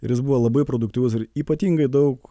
ir jis buvo labai produktyvus ir ypatingai daug